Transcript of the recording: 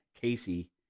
Casey